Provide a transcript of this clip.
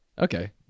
Okay